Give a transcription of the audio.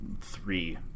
three